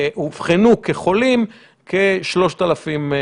אובחנו כחולים כ-3,500.